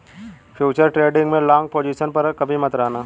futures trading में long position पर कभी मत रहना